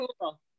cool